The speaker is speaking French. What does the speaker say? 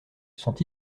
sont